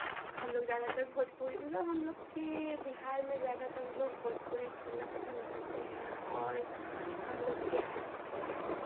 हम लोग ज़्यादातर भोजपुरी मतलब हम लोग के बिहार में ज़्यादातर लोग भोजपुरी सुनना पसंद करते हैं और हम लोग के यहाँ